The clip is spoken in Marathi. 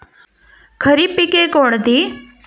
खरीप पिके कोणती?